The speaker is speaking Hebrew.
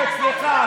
אתה פה לא סתם.